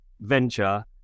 venture